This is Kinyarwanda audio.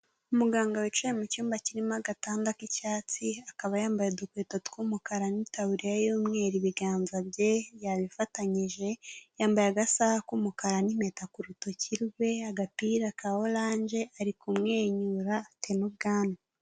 Umuganga wicaye mu cyumba kirimo agatanda k'icyatsi akaba yambaye udukweto tw'umukara n'itaburiya y'umweru ibiganza bye yabifatanyije yambaye agasaha k'umukara n'impeta ku rutoki rwe, agapira ka oranje ari kumwenyura afite n'ubwana.